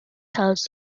tells